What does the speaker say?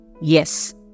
Yes